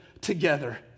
together